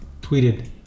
tweeted